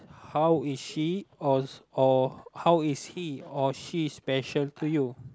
how is she or or how is he or she special to you